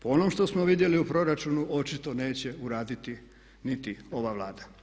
Po onom što smo vidjeli u Proračunu očito neće uraditi niti ova Vlada.